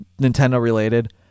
Nintendo-related